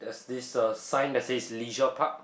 this a sign that says leisure park